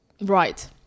Right